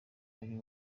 ari